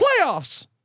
playoffs